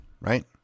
right